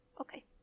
Okay